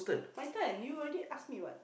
my turn you already asked me what